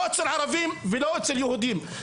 לא אצל ערבים ולא אצל יהודים,